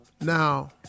now